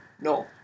no